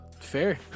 fair